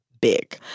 big